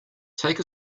take